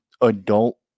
adult